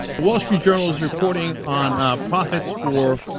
wall street journal is reporting on our profits for